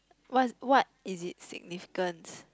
what's what is it significance